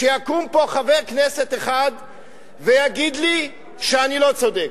שיקום פה חבר כנסת אחד ויגיד לי שאני לא צודק.